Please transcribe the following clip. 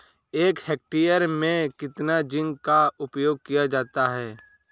एक हेक्टेयर में कितना जिंक का उपयोग किया जाता है?